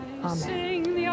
Amen